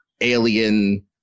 alien